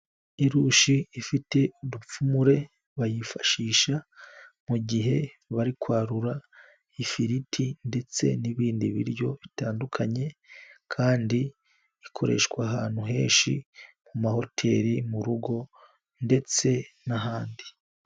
Irushe ifite udupfumure bayifashisha mu gihe bari kwarura ifiriti ndetse n'ibindi biryo bitandukanye kandi ikoreshwa ahantu henshi, mu mahoteli, mu rugo ndetse n'ahandi.